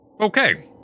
Okay